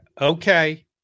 okay